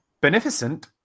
beneficent